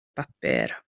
bapur